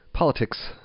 Politics